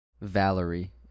Valerie